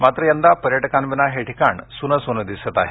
मात्र यंदा पर्यटकांविना हे ठिकाण सुनं सुनं दिसत आहे